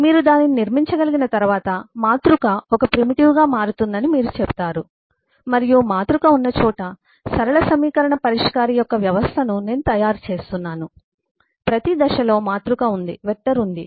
మీరు దానిని నిర్మించగలిగిన తర్వాత మాతృక ఒక ప్రిమిటివ్ గా మారుతుందని మీరు చెబుతారు మరియు మాతృక ఉన్న చోట సరళ సమీకరణ పరిష్కారి యొక్క వ్యవస్థను నేను తయారు చేస్తున్నాను ప్రతి దశలో మాతృక ఉంది వెక్టర్ ఉంది